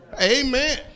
Amen